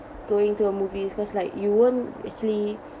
going to a movie is cause like you won't actually